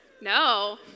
No